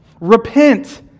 Repent